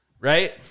right